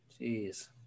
Jeez